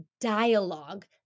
dialogue